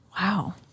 Wow